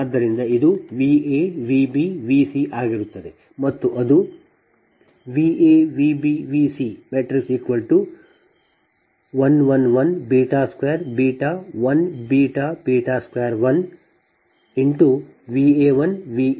ಆದ್ದರಿಂದ ಇದು V a V b V c ಆಗಿರುತ್ತದೆ ಮತ್ತು ಅದು Va Vb Vc 1 1 1 2 1 2 1 Va1 Va2 Va0 ಆಗಿರುತ್ತದೆ